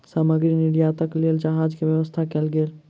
सामग्री निर्यातक लेल जहाज के व्यवस्था कयल गेल